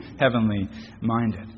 heavenly-minded